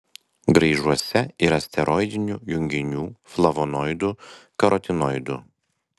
graižuose yra steroidinių junginių flavonoidų karotinoidų